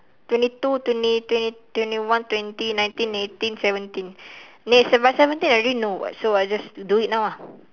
twenty two twenty twenty twenty one twenty nineteen eighteen seventeen then it's by seventeen I already know [what] so I just do it now ah